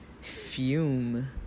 fume